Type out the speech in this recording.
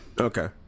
Okay